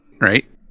right